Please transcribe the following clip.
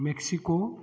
Mexico